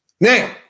Now